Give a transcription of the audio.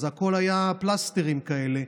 הכול היה פלסטרים כאלה.